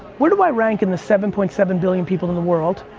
where do i rank in the seven point seven billion people in the world?